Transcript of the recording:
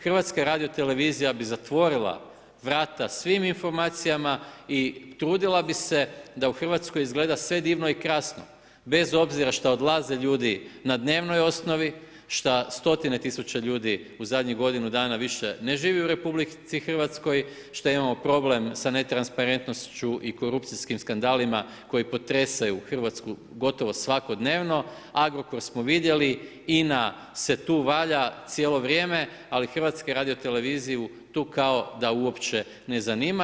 HRT bi zatvorila vrata svim informacijama i trudila bi se da u Hrvatskoj izgleda sve divno i krasno, bez obzira što odlaze ljudi na dnevnoj osnovi, šta 100 tisuće ljudi u zadnjih godinu dana, više ne živi u RH, što imamo problem sa netransparentnošću i korupcijskim skandalima koje potresaju Hrvatsku gotovo svakodnevno, Agrokor smo vidjeli, INA se tu valja cijelo vrijeme, ali HRT tu kao da uopće ne zanima.